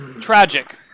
Tragic